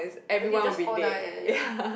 exactly just all die eh ya